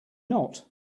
not